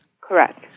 Correct